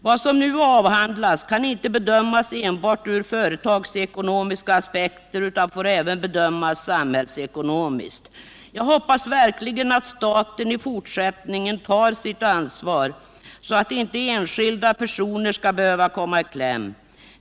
Vad som nu avhandlas kan inte bedömas enbart ur företagsekonomiska aspekter utan får även bedömas samhällseko nomiskt. Jag hoppas verkligen att staten i fortsättningen tar sitt ansvar, så att inte enskilda personer skall behöva komma i kläm.